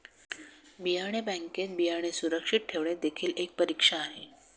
बियाणे बँकेत बियाणे सुरक्षित ठेवणे देखील एक परीक्षा आहे